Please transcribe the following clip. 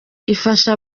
ifasha